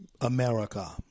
America